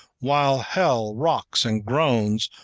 while hell rocks and groans,